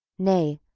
nay,